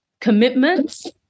commitments